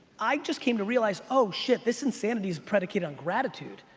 i just came to realize oh shit, this insanity's predicated on gratitude.